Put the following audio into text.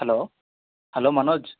hello hello Manoj